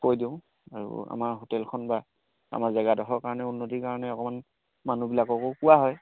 কৈ দিওঁ আৰু আমাৰ হোটেলখন বা আমাৰ জেগাডোখৰ কাৰণে উন্নতিৰ কাৰণে অকণমান মানুহবিলাককো কোৱা হয়